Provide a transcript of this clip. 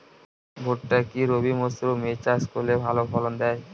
ভুট্টা কি রবি মরসুম এ চাষ করলে ভালো ফলন দেয়?